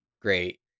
great